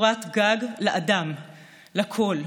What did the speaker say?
קורת גג לאדם לכול.